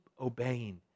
obeying